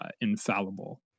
infallible